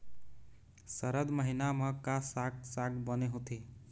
सरद महीना म का साक साग बने होथे?